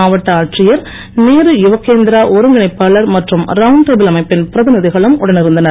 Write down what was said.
மாவட்ட ஆட்சியர் நேரு யுவகேந்திரா ஒருங்கிணைப்பாளர் மற்றும் ரவுண்ட் டேபிள் அமைப்பின் பிரதிநிதிகளும் உடனிருந்தனர்